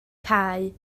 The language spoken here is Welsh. cau